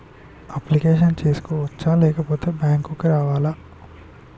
Application చేసుకోవచ్చా లేకపోతే bank రావాలా?